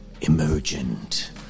emergent